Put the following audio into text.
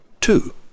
Two